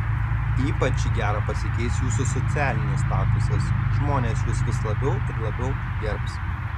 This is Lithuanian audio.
ypač į gerą pasikeis jūsų socialinis statusas žmonės jus vis labiau ir labiau gerbs